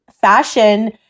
fashion